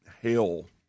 hail